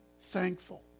thankful